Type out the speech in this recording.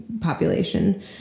population